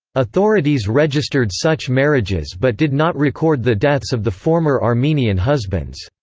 authorities registered such marriages but did not record the deaths of the former armenian husbands.